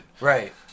Right